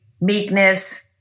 meekness